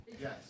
Yes